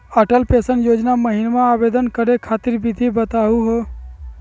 Atal pension योजना महिना आवेदन करै खातिर विधि बताहु हो?